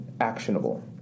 actionable